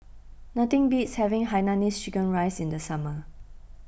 nothing beats having Hainanese Chicken Rice in the summer